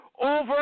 over